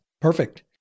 Perfect